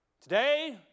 Today